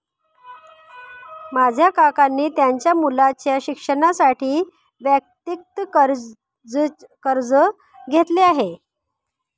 माझ्या काकांनी त्यांच्या मुलाच्या शिक्षणासाठी वैयक्तिक कर्ज घेतले आहे